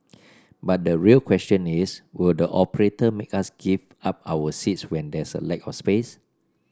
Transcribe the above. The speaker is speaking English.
but the real question is would the operator make us give up our seats when there's a lack of space